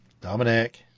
dominic